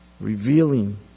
Revealing